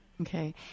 Okay